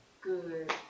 good